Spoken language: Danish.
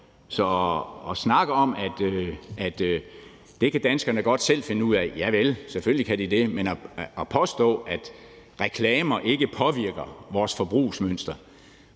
er at snakke om, at det kan danskerne godt selv finde ud af, javel, selvfølgelig kan de det, men at påstå, at reklamer ikke påvirker vores forbrugsmønster